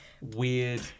weird